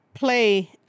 play